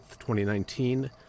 2019